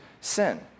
sin